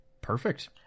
Perfect